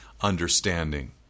understanding